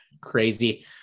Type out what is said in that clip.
Crazy